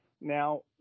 now